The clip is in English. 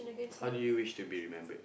how do you wished to be remembered